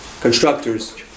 Constructors